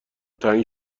تنگ